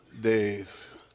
days